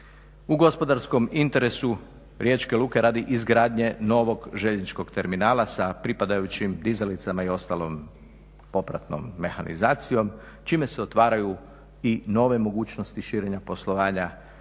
u gospodarskom interesu Riječke luke radi izgradnje novog željezničkog terminala sa pripadajućim dizalicama i ostalom popratnom mehanizacijom čime se otvaraju i nove mogućnosti širenja poslovanja